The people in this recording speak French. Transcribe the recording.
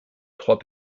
trois